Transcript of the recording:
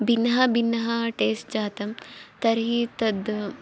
भिन्नः भिन्नः टेस्ट् जातं तर्हि तद्